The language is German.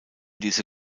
diese